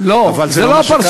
אבל זה לא מה שקרה.